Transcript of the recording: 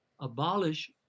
abolish